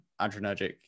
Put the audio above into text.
adrenergic